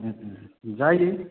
जायो